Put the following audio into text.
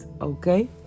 Okay